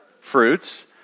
fruits